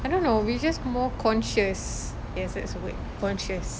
I don't know we're just more conscious yes that's the word conscious